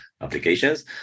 applications